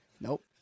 Nope